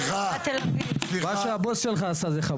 דווקא בשנת 2023 הקרקע בוערת?